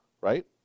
right